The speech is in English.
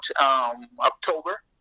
October